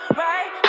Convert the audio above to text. right